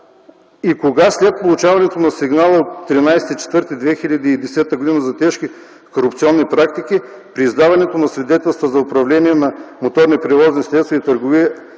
и кога, след получаването на сигнала от 13 април 2010 г. за тежки корупционни практики при издаването на свидетелства за управление на моторни превозни средства и търговия